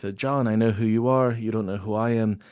ah john! i know who you are. you don't know who i am,